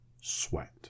sweat